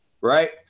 right